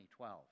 2012